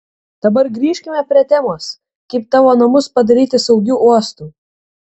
dabar grįžkime prie temos kaip tavo namus padaryti saugiu uostu